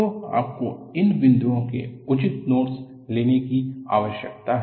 तो आपको इन बिंदुओं के उचित नोट्स लेने की आवश्यकता है